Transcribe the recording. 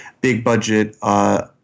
big-budget